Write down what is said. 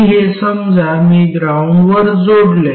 आणि हे समजा मी ग्राउंडवर जोडले